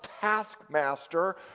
taskmaster